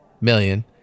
million